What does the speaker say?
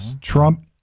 Trump